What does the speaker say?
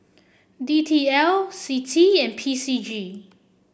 D T L C T I and P C G